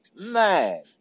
man